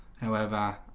however